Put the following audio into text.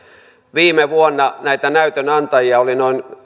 viime vuonna näitä näytön antajia oli